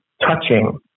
touching